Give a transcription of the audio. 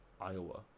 Iowa